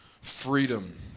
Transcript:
freedom